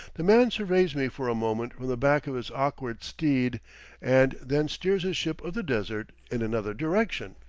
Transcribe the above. the man surveys me for a moment from the back of his awkward steed and then steers his ship of the desert in another direction.